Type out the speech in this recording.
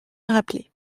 rappeler